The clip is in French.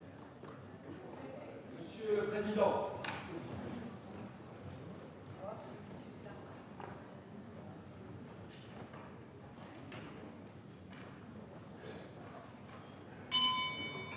monsieur le président